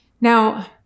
Now